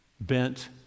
bent